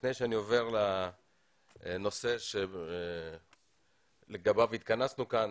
לפני שאני עובר לנושא לגביו התכנסנו כאן,